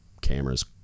camera's